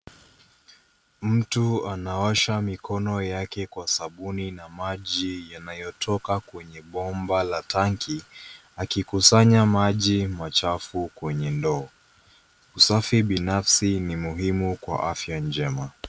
Mtu anaosha mikono yake kwa sabuni na maji yanayotoka kwenye bomba la tangi akikusanya maji machafu kwenye ndoo. Usafi binafsi ni muhimu kwa afya njema.